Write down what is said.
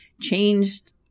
changed